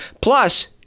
Plus